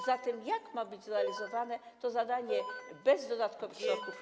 Zatem jak ma być zrealizowane to zadanie bez dodatkowych środków?